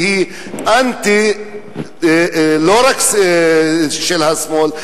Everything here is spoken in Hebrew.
והיא אנטי לא רק של השמאל,